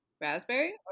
raspberry